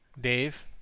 Dave